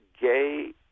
gay